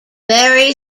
very